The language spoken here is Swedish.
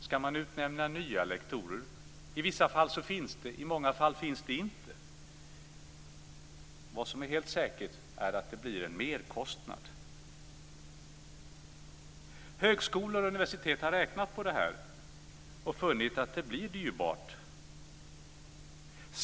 Skall man utnämna nya lektorer? I vissa fall finns det folk, men i många fall finns det inte. Helt säkert är dock att det blir en merkostnad. Högskolor och universitet har räknat på detta och funnit att det blir dyrbart.